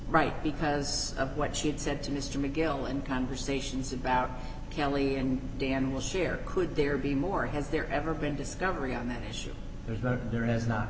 right because of what she had said to mr mcgill and conversations about kelley and dan will share could there be more has there ever been discovery on that issue there's no there is not